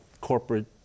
corporate